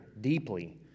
deeply